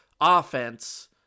offense